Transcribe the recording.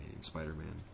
Spider-Man